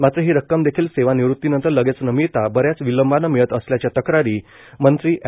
मात्र ही रक्कमदेखील सेवानिवृतीनंतर लगेच न मिळता बऱ्याच विलंबानं मिळत असल्याच्या तक्रारी मंत्री एड